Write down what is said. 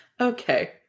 Okay